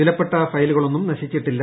വിലപ്പെട്ട ഫയലുകളൊന്നും നശിച്ചിട്ടില്ല